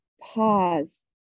pause